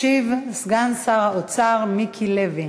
ישיב סגן שר האוצר מיקי לוי.